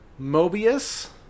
Mobius